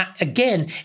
again